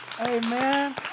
Amen